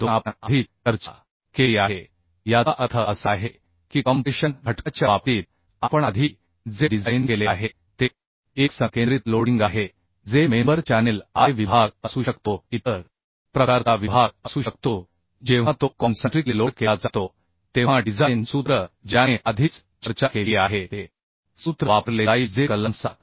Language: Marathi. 2 आपण आधीच चर्चा केली आहे याचा अर्थ असा आहे की कॉम्प्रेशन घटकाच्या बाबतीत आपण आधी जे डिझाइन केले आहे ते एक संकेंद्रित लोडिंग आहे जे मेंबर चॅनेल I विभाग असू शकतो इतर प्रकारचा विभाग असू शकतो जेव्हा तो कॉन्संट्रिकली लोड केला जातो तेव्हा डिझाइन सूत्र ज्याने आधीच चर्चा केली आहे ते सूत्र वापरले जाईल जे कलम 7